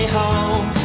home